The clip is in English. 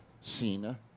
Cena